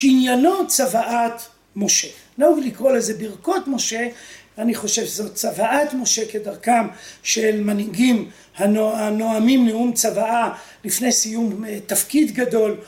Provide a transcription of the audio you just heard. עניינו צוואת משה, נהוג לקרוא לזה ברכות משה, אני חושב שזו צוואת משה כדרכם של מנהיגים הנועמים נאום צוואה לפני סיום תפקיד גדול